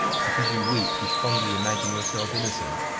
because you weep, you fondly imagine yourself innocent?